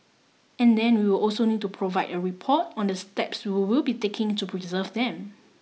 and then we will also need to provide a report on the steps we will be taking to preserve them